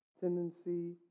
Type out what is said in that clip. tendency